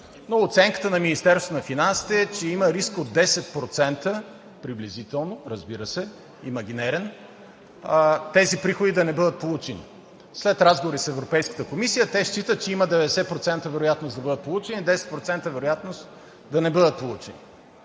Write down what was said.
но оценката на Министерството на финансите е, че има риск от 10% приблизително, разбира се, имагинерен тези приходи да не бъдат получени. След разговори с Европейската комисия те считат, че има 90% вероятност да бъдат получени, 10% вероятност да не бъдат получени.